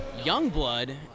Youngblood